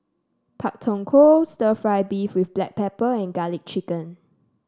Pak Thong Ko stir fry beef with Black Pepper and garlic chicken